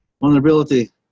Vulnerability